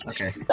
Okay